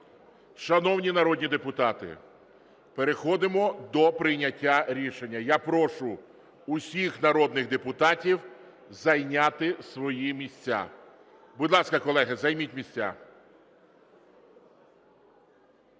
шановні народні депутати, переходимо до прийняття рішення. Я прошу усіх народних депутатів зайняти свої місця. Будь ласка, колеги, займіть місця.